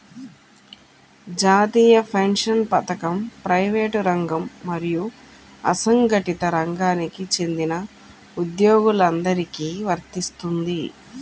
జాతీయ పెన్షన్ పథకం ప్రైవేటు రంగం మరియు అసంఘటిత రంగానికి చెందిన ఉద్యోగులందరికీ వర్తిస్తుంది